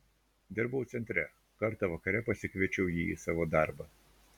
dirbau centre kartą vakare pasikviečiau jį į savo darbą